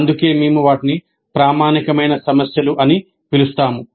అందుకే మేము వాటిని ప్రామాణికమైన సమస్యలు అని పిలుస్తాము